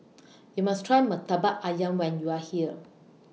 YOU must Try Murtabak Ayam when YOU Are here